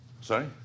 Sorry